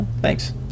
Thanks